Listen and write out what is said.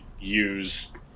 use